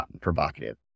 provocative